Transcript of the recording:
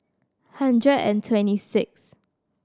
hundred and twenty sixth